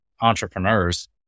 entrepreneurs